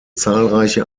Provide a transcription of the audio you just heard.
zahlreiche